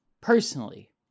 personally